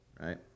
right